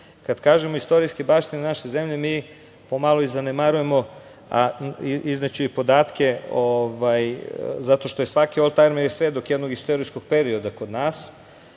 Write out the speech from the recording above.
Kada kažemo istorijske baštine naše zemlje mi pomalo i zanemarujemo, izneću i podatke zato što je svaki oldtajmer svedok jednog istorijskog perioda kod nas,